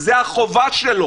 זו החובה שלו.